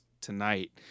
tonight